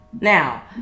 Now